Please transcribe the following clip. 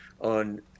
on